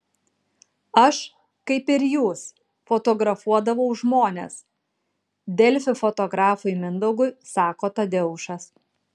aš kaip ir jūs fotografuodavau žmones delfi fotografui mindaugui sako tadeušas